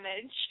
image